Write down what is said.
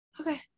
Okay